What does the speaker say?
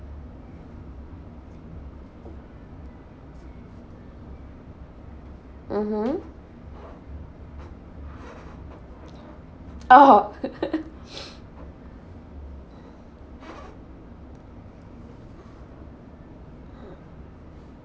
mmhmm oh